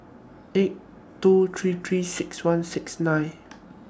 eight two three three six one six nine